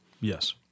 Yes